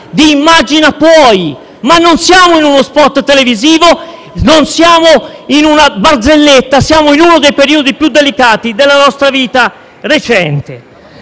di "immagina, puoi", ma non siamo in uno *spot* televisivo, né in una barzelletta: siamo in uno dei periodi più delicati della nostra vita recente.